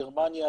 גרמניה,